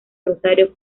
rosario